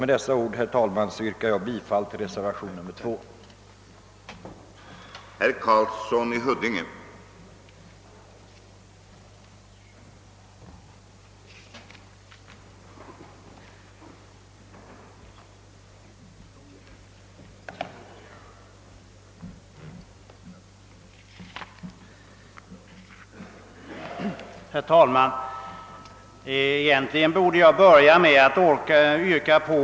Med dessa ord ber jag att få yrka bifall till reservationen 2 av herr John Ericsson m.fl.